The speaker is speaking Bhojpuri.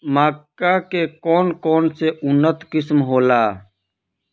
मक्का के कौन कौनसे उन्नत किस्म होला?